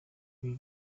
ibi